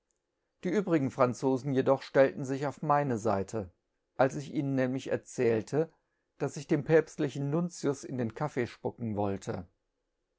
ie übrigen ranjofen jeboef teilten ftch auf meine seite alö ich ihnen nämlich er jaulte bafc ich bem päpftlidf en sruntiud in ben kaffee fpudten wollte